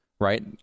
right